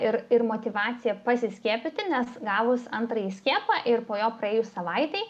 ir ir motyvacija pasiskiepyti nes gavus antrąjį skiepą ir po jo praėjus savaitei